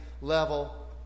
level